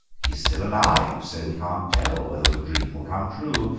he is still alive, so we can't tell whether the dream will come true,